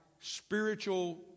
spiritual